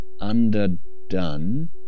underdone